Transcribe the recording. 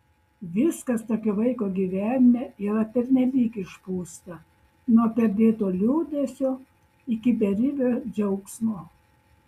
viskas tokio vaiko gyvenime yra pernelyg išpūsta nuo perdėto liūdesio iki beribio džiaugsmo